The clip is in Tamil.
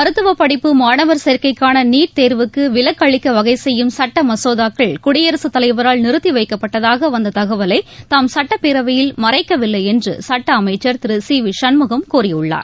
மருத்துவப் படிப்பு மாணவர் சேர்க்கைக்கான நீட் தேர்வுக்கு விலக்கு அளிக்க வகை செய்யும் சட்ட மசோதாக்கள் குடியரசு தலைவரால் நிறுத்தி வைக்கப்பட்டதாக வந்த தகவலை தாம் சட்டப்பேரவையில் மறைக்கவில்லை என்று சட்ட அமைச்சர் திரு சி வி சண்முகம் கூறியுள்ளார்